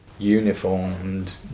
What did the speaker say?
uniformed